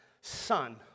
son